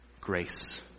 grace